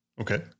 Okay